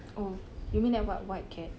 oh you mean have what white cat